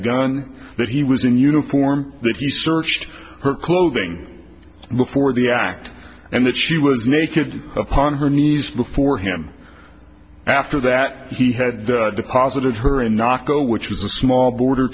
that he was in uniform that he searched her clothing before the act and that she was naked upon her knees before him after that he had deposited her in naco which was a small border